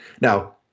Now